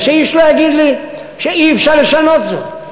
ושאיש לא יגיד לי שאי-אפשר לשנות זאת.